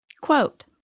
Quote